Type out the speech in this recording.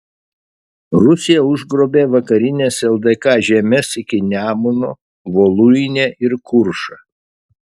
rusija užgrobė vakarines ldk žemes iki nemuno voluinę ir kuršą